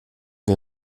wir